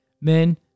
Men